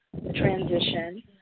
transition